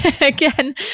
again